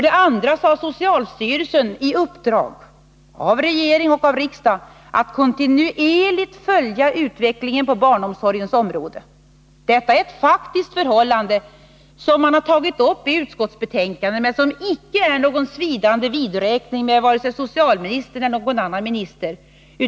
Dessutom har socialstyrelsen, av regering och riksdag, i uppdrag att kontinuerligt följa utvecklingen på barnomsorgens område. Detta är ett faktiskt förhållande, som man har tagit upp i utskottsbetänkandet. Men det innebär icke någon svidande vidräkning med vare sig socialministern eller någon annan minister.